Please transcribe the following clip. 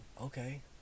okay